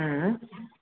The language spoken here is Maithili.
हूँ